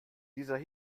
dieser